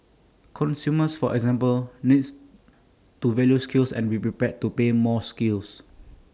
consumers for example need to value skills and be prepared to pay more for skills